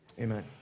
Amen